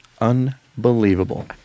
unbelievable